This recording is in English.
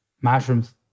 mushrooms